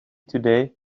today